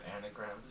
anagrams